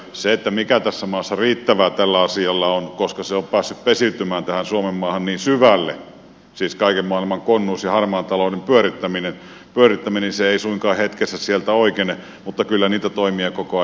voi kysyä mikä tässä maassa riittävää tälle asialle on koska se on päässyt pesiytymään tähän suomenmaahan niin syvälle siis kaiken maailman konnuus ja harmaan talouden pyörittäminen joten se ei suinkaan hetkessä sieltä oikene mutta kyllä niitä toimia koko ajan on menossa